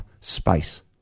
space